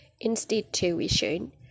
institution